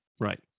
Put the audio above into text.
Right